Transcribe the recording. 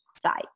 side